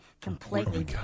completely